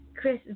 chris